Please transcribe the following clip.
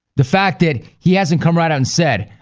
the fact that he hasn't come right out and said,